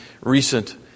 recent